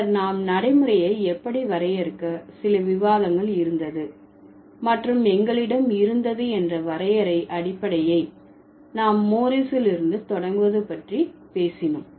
பின்னர் நாம் நடைமுறையை எப்படி வரையறுக்க சில விவாதங்கள் இருந்தது மற்றும் எங்களிடம் இருந்தது என்ற வரையறை அடிப்படையை நாம் மோரிஸ் ல் இருந்து தொடங்குவது பற்றி பேசினோம்